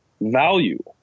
value